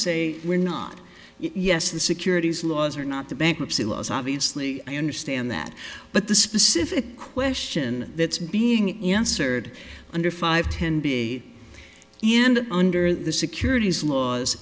say we're not yes the securities laws are not the bankruptcy laws obviously i understand that but the specific question that's being inserted under five ten b and under the securities laws